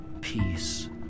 peace